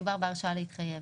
מדובר בהרשאה להתחייב.